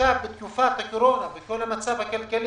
מדובר על תקופת הקורונה, עם כל המצב הכלכלי.